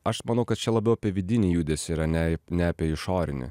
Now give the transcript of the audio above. aš manau kad čia labiau apie vidinį judesį yra ne ne apie išorinį